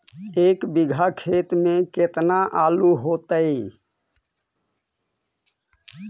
एक बिघा खेत में केतना आलू होतई?